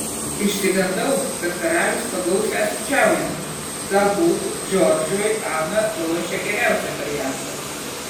išsigandau kad karalius pagaus ją sukčiaujant galbūt džordžui ana ruošė geriausią variantą